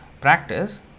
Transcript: practice